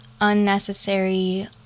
unnecessary